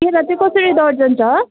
केरा चाहिँ कसरी दर्जन छ